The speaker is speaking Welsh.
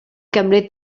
gymryd